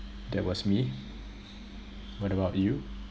that was me what about you